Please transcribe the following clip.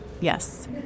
Yes